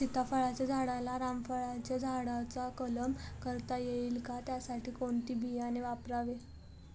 सीताफळाच्या झाडाला रामफळाच्या झाडाचा कलम करता येईल का, त्यासाठी कोणते बियाणे वापरावे?